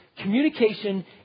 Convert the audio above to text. communication